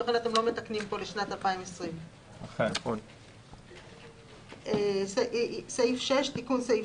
לכן אתם לא מתקנים פה לשנת 2020. תיקון סעיף